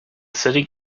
city